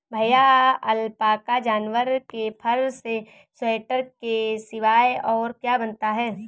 भैया अलपाका जानवर के फर से स्वेटर के सिवाय और क्या बनता है?